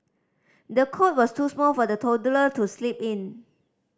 the cot was too small for the toddler to sleep in